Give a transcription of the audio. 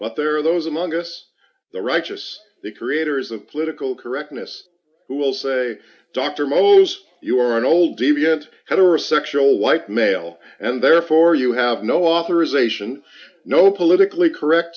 but there are those among us the righteous the creators of political correctness who will say dr mo's you are an old deviant heterosexual white male and therefore you have no authorization no politically correct